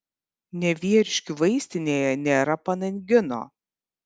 nevieriškių vaistinėje nėra panangino